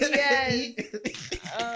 yes